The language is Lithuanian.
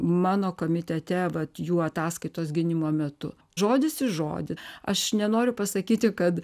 mano komitete vat jų ataskaitos gynimo metu žodis į žodį aš nenoriu pasakyti kad